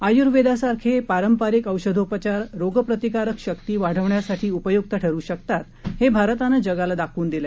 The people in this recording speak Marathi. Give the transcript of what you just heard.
आयुर्वेदासारखे पारंपरिक औषधोपचार रोगप्रतिकारशक्ती वाढवण्यासाठी उपयुक्त ठरू शकतात हे भारतानं जगाला दाखवून दिलं